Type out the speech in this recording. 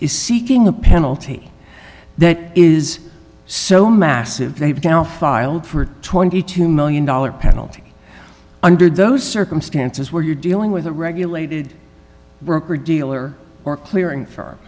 is seeking the penalty that is so massive they've now filed for twenty two million dollars penalty under those circumstances where you're dealing with a regulated broker dealer or clearing for